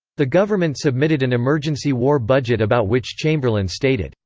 the government submitted an emergency war budget about which chamberlain stated,